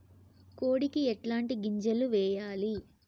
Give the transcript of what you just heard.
కోడికి ఎట్లాంటి గింజలు వేయాలి?